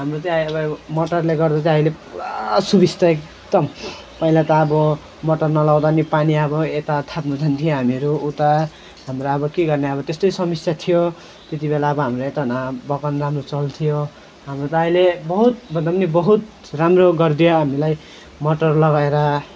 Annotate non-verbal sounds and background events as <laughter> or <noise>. हाम्रो चाहिँ <unintelligible> मोटरले गर्दा चाहिँ अहिले पुरा सुबिस्ता एकदम पहिला त अब मोटर नलगाउँदा पनि पानी अब यता थाप्नु जान्थ्यो हामीहरू उता हाम्रो अब के गर्ने अब त्यस्तै समस्या थियो त्यति बेला अब हामीलाई त न बगान राम्रो चल्थ्यो हाम्रो त अहिले बहुत भन्दा पनि बहुत राम्रो गरिदियो यो हामीलाई मोटर लगाएर